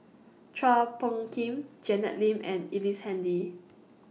Chua Phung Kim Janet Lim and Ellice Handy